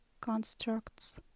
constructs